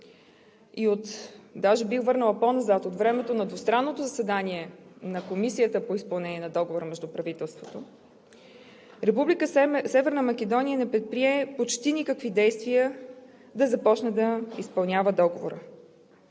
ЕКАТЕРИНА ЗАХАРИЕВА: От времето на двустранното заседание на Комисията по изпълнение на договора между правителствата Република Северна Македония не предприе почти никакви действия да започне да изпълнява договора.